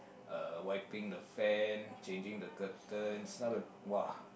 uh wiping the fan changing the curtains some of [wah]